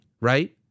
right